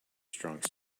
strong